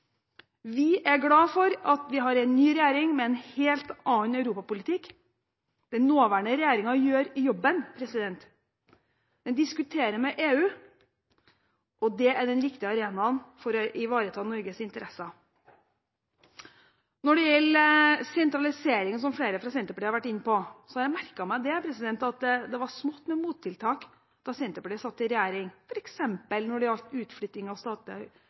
Vi er glade for at vi har en ny regjering med en helt annen europapolitikk. Den nåværende regjeringen gjør jobben. Den diskuterer med EU, og det er den riktige arenaen for å ivareta Norges interesser. Når det gjelder sentralisering, som flere fra Senterpartiet har vært inne på, har jeg merket meg at det var smått med mottiltak da Senterpartiet satt i regjering, f.eks. når det gjaldt utflytting av